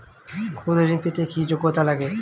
ক্ষুদ্র ঋণ পেতে কি যোগ্যতা লাগে?